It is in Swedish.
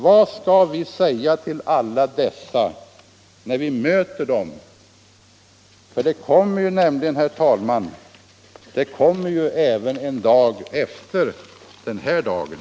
Vad skall vi säga till alla dessa när vi möter dem? Det kommer nämligen, herr talman, även en dag efter den här dagen.